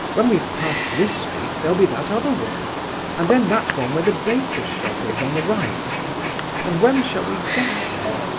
when we've passed this street there'll be that other one and then that one where the baker's shop is on the right and when shall we get there?